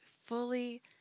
fully